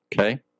Okay